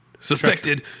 suspected